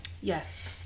Yes